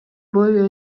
бою